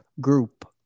group